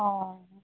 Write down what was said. অঁ